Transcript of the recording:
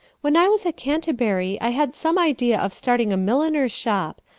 when i was at canterbury i had some idea of starting a milliner's shop.